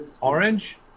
Orange